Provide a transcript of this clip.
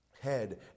head